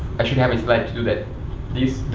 i should have a sled to do that. this